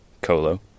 Colo